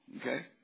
Okay